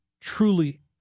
truly